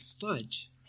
fudge